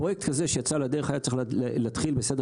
פרויקט כזה שיצא לדרך היה צריך להתחיל בסדר